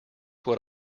what